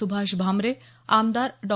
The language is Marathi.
सुभाष भामरे आमदार डॉ